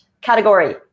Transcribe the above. category